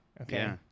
okay